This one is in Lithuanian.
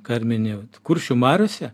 ką ir minėjot kuršių mariose